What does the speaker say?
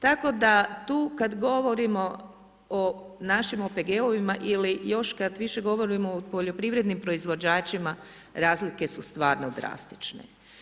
Tako da tu kad govorimo o našim OPG-ovima ili još kad više govorimo o poljoprivrednim proizvođačima razlike su stvarno drastične.